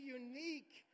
unique